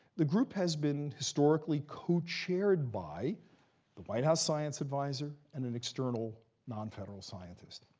the group has been historically co-chaired by the white house science advisor and an external, non-federal scientist.